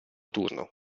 turno